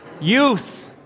youth